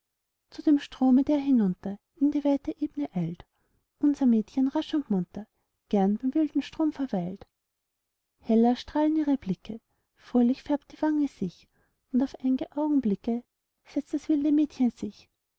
zu dem strome der hinunter in die weite eb'ne eilt unser mädchen rasch und munter gern beim wilden strom verweilt heller strahlen ihre blicke fröhlich färbt die wange sich und auf ein'ge augenblicke setzt das wilde mädchen sich